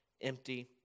empty